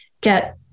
get